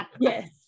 yes